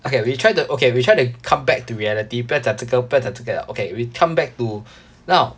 okay we try to okay we try to come back to reality 不要讲这个不要讲这个了 okay we come back to now